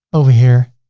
over here,